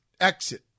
Exit